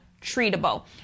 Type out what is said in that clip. treatable